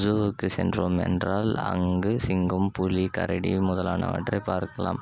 ஜூவுக்கு சென்றோம் என்றால் அங்கு சிங்கம் புலி கரடி முதலானவற்றை பார்க்கலாம்